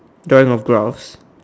drawing of graphs